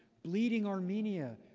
bleeding armenia.